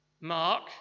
Mark